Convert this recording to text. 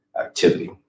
activity